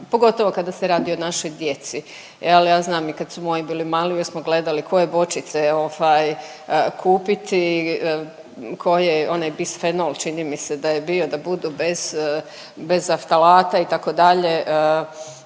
pogotovo kada se radi o našoj djeci. Ja znam i kad su moji bili mali uvijek smo gledali koje boćice kupiti, one bisfenol čini mi se da je bio da budu bez aftalata itd.